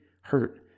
hurt